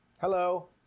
Hello